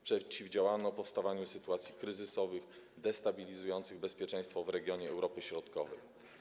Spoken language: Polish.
Przeciwdziałano powstawaniu sytuacji kryzysowych, destabilizujących bezpieczeństwo w regionie Europy Środkowej.